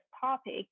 topic